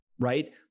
right